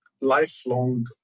lifelong